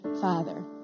Father